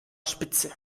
spitze